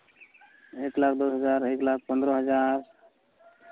ᱮᱠ ᱞᱟᱠᱷ ᱫᱚᱥ ᱦᱟᱡᱟᱨ ᱮᱠ ᱞᱟᱠᱷ ᱯᱚᱱᱨᱚ ᱦᱟᱡᱟᱨ